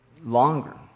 longer